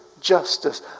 justice